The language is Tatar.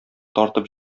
тартып